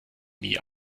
nie